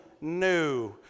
new